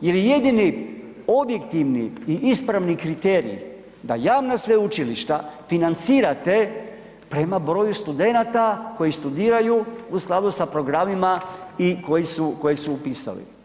jer je jedini objektivni i ispravni kriterij da javna sveučilišta financirate prema broju studenata koji studiraju u skladu sa programima i koje su upisali.